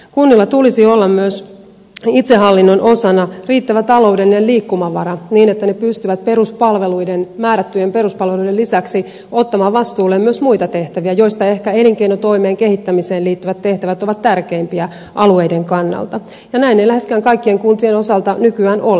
kunnilla tulisi olla myös itsehallinnon osana riittävä taloudellinen liikkumavara niin että ne pystyvät peruspalveluiden määrättyjen peruspalveluiden lisäksi ottamaan vastuulleen myös muita tehtäviä joista ehkä elinkeinotoimen kehittämiseen liittyvät tehtävät ovat tärkeimpiä alueiden kannalta ja näin ei läheskään kaikkien kuntien osalta nykyään ole